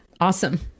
Awesome